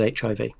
hiv